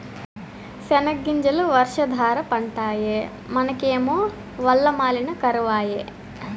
సెనగ్గింజలు వర్షాధార పంటాయె మనకేమో వల్ల మాలిన కరవాయె